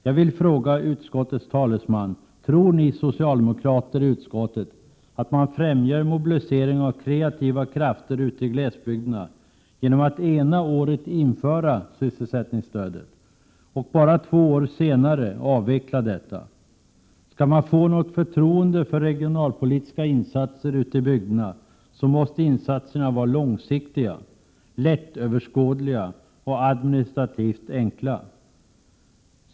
Jag vill fråga utskottets talesman: Tror ni socialdemokrater i utskottet att man främjar mobilisering av kreativa krafter ute i glesbygderna genom att ena året införa sysselsättningsstödet och bara två år senare avveckla detta? Skall man få något förtroende för regionalpolitiska insatser ute i bygderna så måste insatserna vara långsiktiga, lättöverskådliga och administrativt enkla.